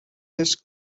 his